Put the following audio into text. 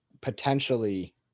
potentially